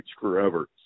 forever